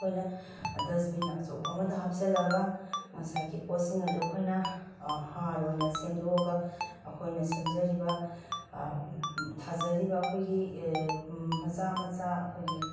ꯑꯩꯈꯣꯏꯅ ꯗꯁꯕꯤꯟ ꯑꯆꯧꯕ ꯑꯃꯗ ꯍꯥꯞꯆꯤꯜꯂꯒ ꯉꯁꯥꯏꯒꯤ ꯄꯣꯠꯁꯤꯡ ꯑꯗꯨ ꯑꯩꯈꯣꯏꯅ ꯍꯥꯔ ꯑꯣꯏꯅ ꯁꯦꯝꯗꯣꯛꯑꯒ ꯑꯩꯈꯣꯏꯅ ꯁꯦꯝꯖꯔꯤꯕ ꯊꯥꯖꯔꯤꯕ ꯑꯩꯈꯣꯏꯒꯤ ꯃꯆꯥ ꯃꯆꯥ ꯑꯩꯈꯣꯏꯒꯤ